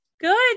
Good